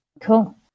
cool